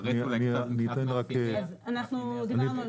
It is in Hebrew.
לפרט אולי קצת יותר -- אז אנחנו דיברנו על